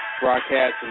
broadcasting